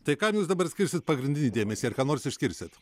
tai kam jūs dabar skirsit pagrindinį dėmesį ar ką nors išskirsit